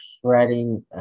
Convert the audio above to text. shredding